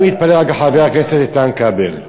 אני מתפלא רק על חבר הכנסת איתן כבל.